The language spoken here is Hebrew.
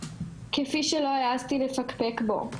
כפי שלא העזתי לפקפק בו,